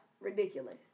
Ridiculous